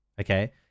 okay